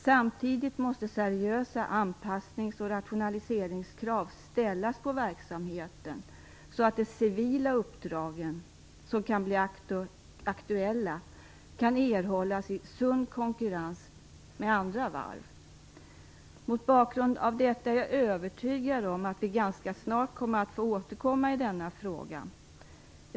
Samtidigt måste seriösa anpassnings och rationaliseringskrav ställas på verksamheten, så att de civila uppdrag som kan bli aktuella kan erhållas i sund konkurrens med andra varv. Mot bakgrund av detta är jag övertygad om att vi ganska snart kommer att få återkomma till denna fråga.